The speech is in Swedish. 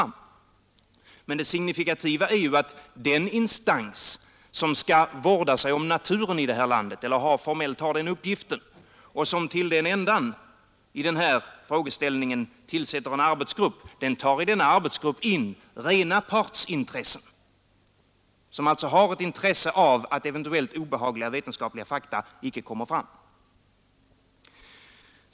Men det signifikativa är ju att den instans som formellt har uppgiften att vårda sig om naturen i det här landet och som för det ändamålet tillsätter en arbetsgrupp tar in rena partsintressen i denna arbetsgrupp, personer som alltså har ett intresse av att eventuellt obehagliga vetenskapliga fakta icke kommer fram.